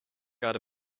got